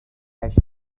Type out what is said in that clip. ash